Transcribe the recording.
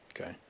Okay